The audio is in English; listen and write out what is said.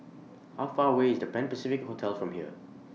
How Far away IS The Pan Pacific Hotel from here